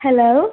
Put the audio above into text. hello